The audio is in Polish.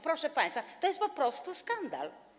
Proszę państwa, to jest po prostu skandal.